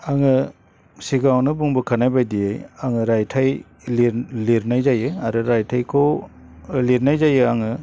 आङो सिगाङावनो बुंबोखानाय बायदियै आङो रायथाइ लिरनाय जायो आरो रायथाइखौ लिरनाय जायो आङो